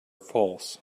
false